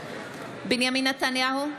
בנימין נתניהו,